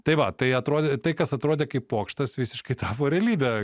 tai va tai atrodė tai kas atrodė kaip pokštas visiškai tapo realybe